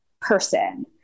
person